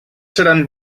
seran